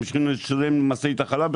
ממשיכים לשלם למשאית החלב.